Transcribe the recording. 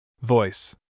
Voice